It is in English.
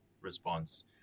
response